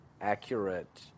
accurate